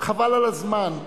חבל על הזמן.